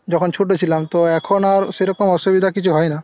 যখন ছোটো ছিলাম তো এখন আর সেইরকম অসুবিধা কিছু হয়না